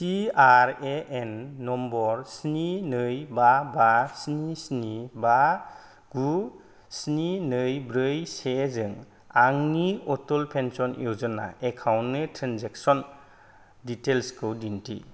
P R A N number स्नि नै बा बा स्नि स्नि बा गु स्नि नै ब्रै से जों आंनि अटल पेन्सन य'जना एकाउन्टनि ट्रेनजेक्सन डिटेइल्सखौ दिन्थि